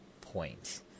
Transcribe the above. point